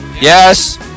Yes